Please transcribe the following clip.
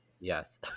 Yes